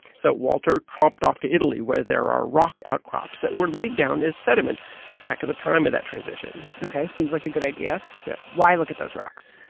so walter tromped off to italy, where there are rock outcrops that were laid down as sediment back at the time of that transition ok, seems like a good idea yeah why look at those rocks?